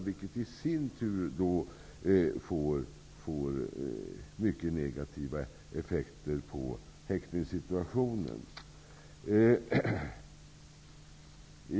Det får i sin tur mycket negativa effekter på häktningssituationen.